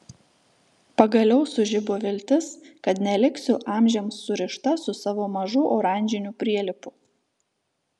pagaliau sužibo viltis kad neliksiu amžiams surišta su savo mažu oranžiniu prielipu